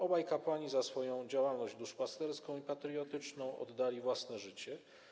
Obaj kapłani za swoją działalność duszpasterską i patriotyczną oddali własne życie.